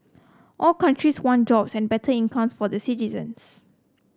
all countries want jobs and better incomes for the citizens